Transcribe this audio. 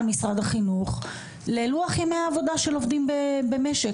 משרד החינוך ללוח ימי העבודה של העובדים במשק.